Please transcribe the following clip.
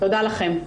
תודה לכם.